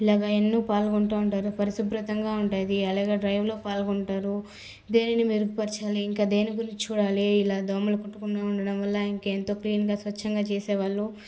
ఇలాగ ఎన్నో పాల్గొంటు ఉంటారు పరిశుభ్రంగా ఉంటుంది అలాగ డ్రైవ్లో పాల్గొంటారు దేనిని మెరుగుపరచాలి ఇంకా దేని గురించి చూడాలి ఇలా దోమలు కుట్టకుండా ఉండడం వల్ల ఇంకా ఎంతో క్లీన్గా స్వచ్ఛంగా చేసే వాళ్ళు